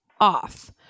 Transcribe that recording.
off